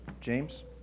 James